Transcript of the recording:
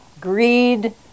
greed